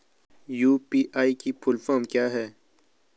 UPI की full form क्या है?